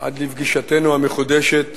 עד לפגישתנו המחודשת